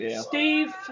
Steve